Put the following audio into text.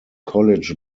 college